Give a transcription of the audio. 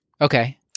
Okay